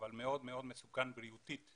אבל מאוד מאוד מסוכן בריאותית,